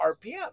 RPM